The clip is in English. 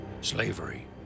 Slavery